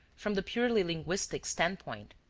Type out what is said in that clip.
from the purely linguistic standpoint,